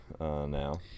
now